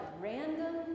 random